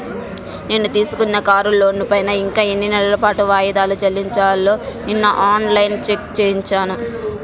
నేను తీసుకున్న కారు లోనుపైన ఇంకా ఎన్ని నెలల పాటు వాయిదాలు చెల్లించాలో నిన్నఆన్ లైన్లో చెక్ చేసుకున్నాను